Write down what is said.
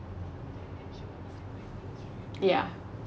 yeah